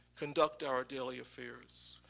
conduct our daily affairs,